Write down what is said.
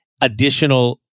additional